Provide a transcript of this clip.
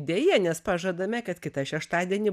deja nes pažadame kad kitą šeštadienį